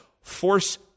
force